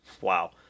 wow